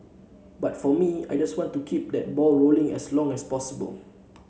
but for me I just want to keep that ball rolling as long as possible